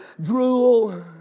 drool